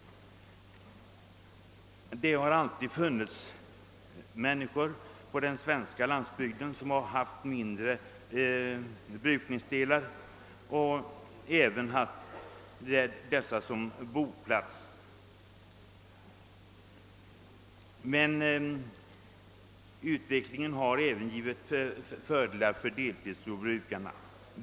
Det har alltid funnits människor på den svenska landsbygden som haft mindre jordbruk och även haft dessa som boplats. Men utvecklingen har även givit fördelar för deltidsjordbrukarna.